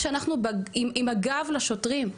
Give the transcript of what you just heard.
סתם כשאנחנו עם הגב לשוטרים.